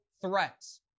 threats